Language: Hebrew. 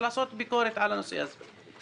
ולעשות ביקורת על הנושא הזה.